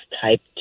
type